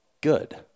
good